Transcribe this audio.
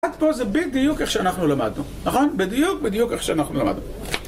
עד כה בדיוק איך שאנחנו למדנו, נכון? בדיוק בדיוק איך שאנחנו למדנו